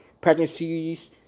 pregnancies